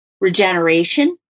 regeneration